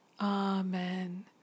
Amen